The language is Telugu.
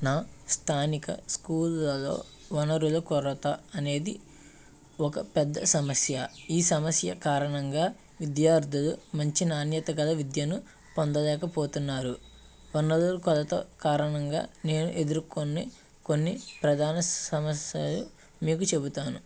నా స్థానిక స్కూళ్ళల్లో వనరుల కొరత అనేది ఒక పెద్ద సమస్య ఈ సమస్య కారణంగా విద్యార్థులు మంచి నాణ్యత గల విద్యను పొందలేకపోతున్నారు వనరుల కొరత కారణంగా నేను ఎదుర్కొనే కొన్ని ప్రధాన సమస్యలు మీకు చెబుతాను